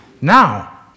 now